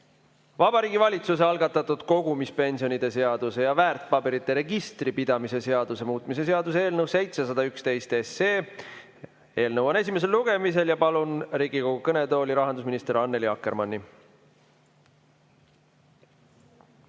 Vabariigi Valitsuse algatatud kogumispensionide seaduse ja väärtpaberite registri pidamise seaduse muutmise seaduse eelnõu 711 esimene lugemine. Palun Riigikogu kõnetooli rahandusminister Annely Akkermanni.